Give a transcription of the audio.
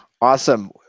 awesome